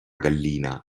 gallina